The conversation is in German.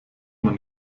man